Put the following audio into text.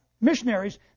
missionaries